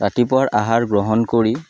ৰাতিপুৱাৰ আহাৰ গ্ৰহণ কৰি